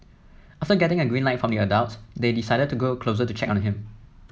after getting a green light from the adults they decided to go closer to check on him